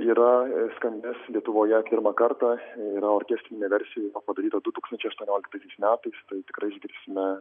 yra skambės lietuvoje pirmą kartą yra orkestrinė versija padaryta du tūkstančiai aštuonioliktaisiais metais tai tikrai išgirsime